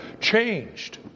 changed